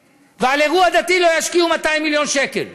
התת-אדם המטונף הקרוי תייסיר אבו סנינה,